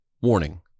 Warning